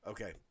Okay